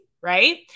right